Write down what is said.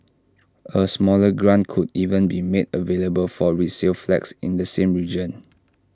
A smaller grant could even be made available for resale flats in the same region